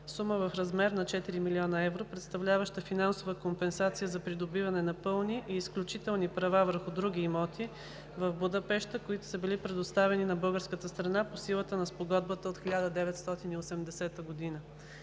сума в размер на 4 000 000 евро, представляваща финансова компенсация за придобиване на пълни и изключителни права върху други имоти, в Будапеща, които са били предоставени на българската страна по силата на спогодбата от 1980 г.